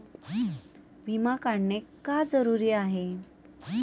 विमा काढणे का जरुरी आहे?